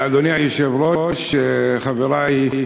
אדוני היושב-ראש, חברי,